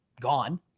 gone